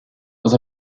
dans